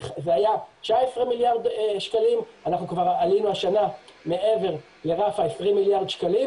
זה היה 19 מיליארד שקלים והשנה עלינו מעבר לרף ה-20 מיליארד שקלים.